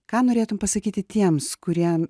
ką norėtum pasakyti tiems kurie